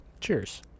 Cheers